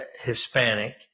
Hispanic